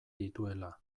dituela